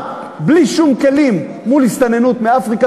בלי שום כלים מול הסתננות מאפריקה,